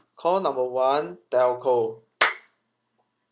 call number one telco